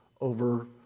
over